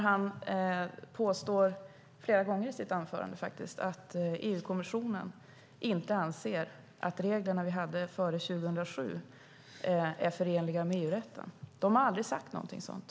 Han påstår flera gånger i sitt anförande att EU-kommissionen inte anser att reglerna vi hade före 2007 är förenliga med EU-rätten. Men de har aldrig sagt någonting sådant.